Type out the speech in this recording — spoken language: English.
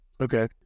Okay